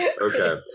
Okay